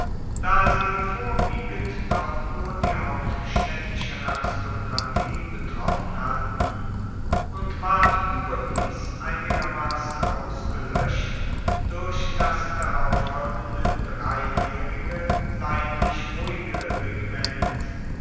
da sie vorwiegend doch nur die hauptstädtische aristokratie betroffen hatten und ward überdies einigermaßen ausgelöscht durch das darauffolgende dreijährige leidlich ruhige regiment